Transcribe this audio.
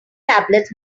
tablets